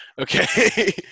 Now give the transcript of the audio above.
Okay